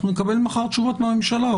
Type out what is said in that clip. אנחנו נקבל מחר תשובות מהממשלה,